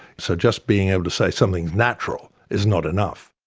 so just being able to say something is natural, is not enough.